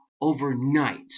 overnight